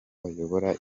bayobora